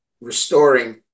restoring